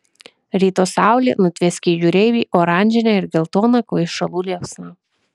ryto saulė nutvieskė jūreivį oranžine ir geltona kvaišalų liepsna